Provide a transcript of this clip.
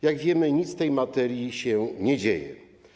Jak wiemy, nic w tej materii się nie dzieje.